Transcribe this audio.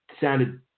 sounded